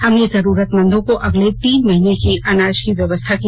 हमने जरूरतमंदों को अगले तीन महीने के अनाज की व्यवस्था की